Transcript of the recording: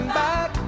back